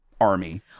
army